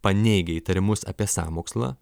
paneigia įtarimus apie sąmokslą